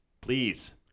Please